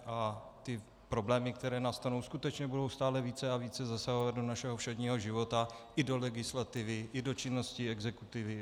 A ty problémy, které nastanou, skutečně budou stále více a více zasahovat do našeho všedního života i do legislativy i do činnosti exekutivy atd.